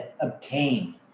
obtain